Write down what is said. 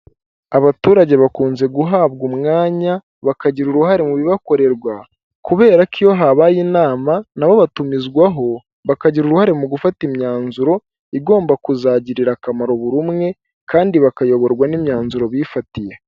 Abaturage bakunze guhabwa umwanya, bakagira uruhare mu bibakorerwa kubera ko iyo habaye inama na bo batumizwaho, bakagira uruhare mu gufata imyanzuro igomba kuzagirira akamaro buri umwe kandi bakayoborwa n'imyanzuro bifatiye.